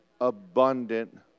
abundant